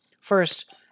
First